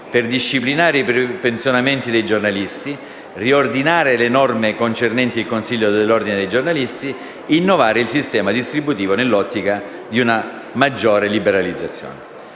per disciplinare i pensionamenti dei giornalisti, riordinare le norme concernenti il Consiglio dell'Ordine dei giornalisti, innovare il sistema distributivo nell'ottica di una maggiore liberalizzazione.